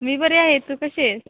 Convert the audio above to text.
मी बरी आहे तू कशी आहेस